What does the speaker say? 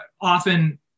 often